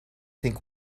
think